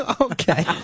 Okay